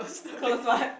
close what